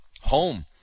home